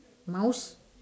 mouse